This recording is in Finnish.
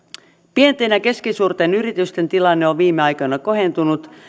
pienten ja keskisuurten yritysten tilanne on viime aikoina kohentunut